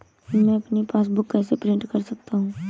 मैं अपनी पासबुक कैसे प्रिंट कर सकता हूँ?